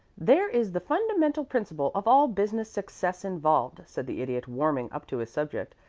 there is the fundamental principle of all business success involved, said the idiot, warming up to his subject.